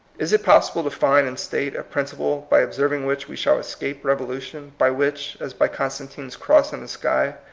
is it possible to find and state a princi ple by observing which we shall escape rev olution by which, as by constantine's cross in the sky,